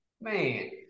man